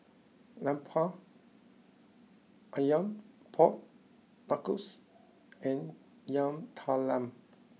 Lemper Ayam Pork Knuckles and Yam Talam